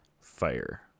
fire